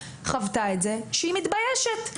חוותה את זה שהיא מתביישת.